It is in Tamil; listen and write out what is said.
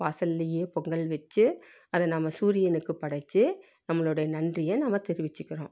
வாசல்லேயே பொங்கல் வெச்சு அதை நாம் சூரியனுக்கு படைத்து நம்மளுடைய நன்றியை நாம் தெரிவிச்சுக்கிறோம்